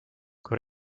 kui